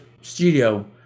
studio